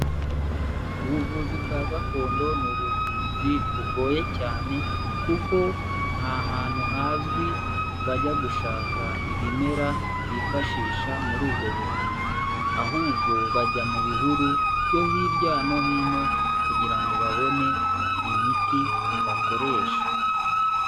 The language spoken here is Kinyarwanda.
Ubuvuzi bwa gakondo ni ubuvuzi bugoye cyane kuko nta hantu hazwi bajya gushaka ibimera bifashisha muri ubwo buvuzi, ahubwo bajya mu bihuru byo hirya no hino kugira ngo babone imiti bakoresha.